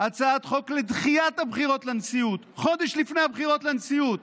הצעת חוק לדחיית הבחירות לנשיאות חודש לפני הבחירות לנשיאות.